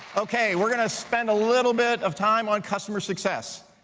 okay, we're gonna spend a little bit of time on customer success.